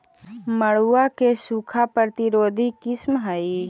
मड़ुआ के सूखा प्रतिरोधी किस्म हई?